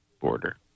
border